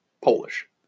Polish